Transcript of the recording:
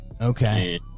Okay